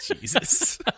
Jesus